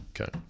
Okay